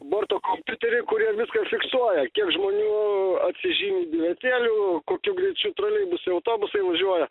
borto kompiuteriai kurie viską fiksuoja kiek žmonių atsižymi bilietėlių kokiu greičiu troleibusai autobusai važiuoja